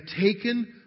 taken